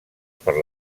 per